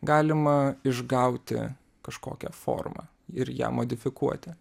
galima išgauti kažkokią formą ir ją modifikuoti